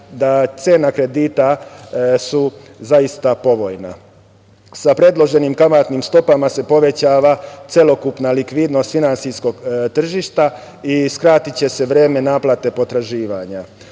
je cena kredita zaista povoljna. Sa predloženim kamatnim stopama se povećava celokupna likvidnost finansijskog tržišta i skratiće se vreme naplate potraživanja.U